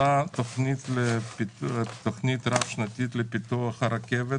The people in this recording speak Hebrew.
אותה תוכנית רב שנתית לפיתוח הרכבת,